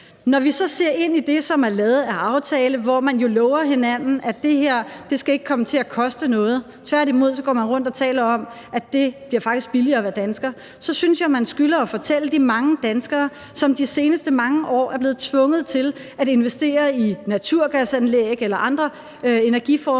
Når vi så ser ind i det, som er lavet af aftale, hvor man jo lover hinanden at det her ikke skal komme til at koste noget – tværtimod går man rundt og taler om, at det faktisk bliver billigere at være dansker – så synes jeg, at man skylder at fortælle de mange danskere, som de seneste mange år er blevet tvunget til at investere i naturgasanlæg eller andre energiformer,